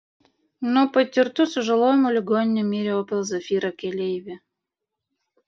nuo patirtų sužalojimų ligoninėje mirė opel zafira keleivė